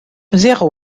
zéro